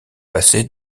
passé